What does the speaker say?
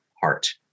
heart